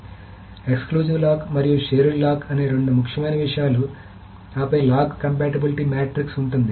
కాబట్టి exclusive lock మరియు shared lock అనే రెండు ముఖ్యమైన విషయాలు ఆపై లాక్ కంపాటిబిలిటీ మాట్రిక్స్ ఉంటుంది